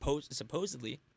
supposedly